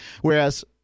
Whereas